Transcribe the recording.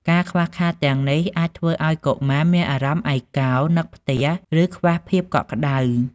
ការខ្វះខាតទាំងនេះ អាចធ្វើឱ្យកុមារមានអារម្មណ៍ឯកោ នឹកផ្ទះ ឬខ្វះភាពកក់ក្ដៅ។